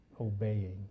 obeying